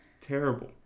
Terrible